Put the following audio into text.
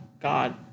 God